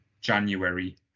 January